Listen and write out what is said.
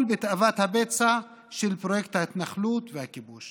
בתאוות הבצע של פרויקט ההתנחלות והכיבוש